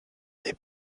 est